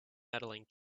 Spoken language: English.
medaling